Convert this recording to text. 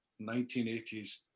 1980s